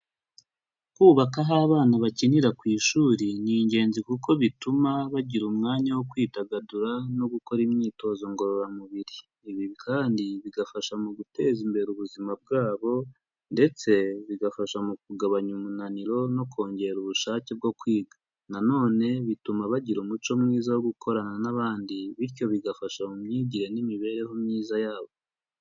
Kubaka aho abana bakinira ku ishuri ni ingenzi kuko bituma bagira umwanya wo kwidagadura no gukora imyitozo ngororamubiri, ibi kandi bigafasha mu guteza imbere ubuzima bwabo ndetse bigafasha mu kugabanya umunaniro no kongera ubushake bwo kwiga, na none bituma bagira umuco mwiza wo gukorana n'abandi, bityo bigafasha mu myigire n'imibereho myiza yabo.